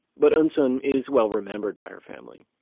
but eunsoon is well remembered by her family,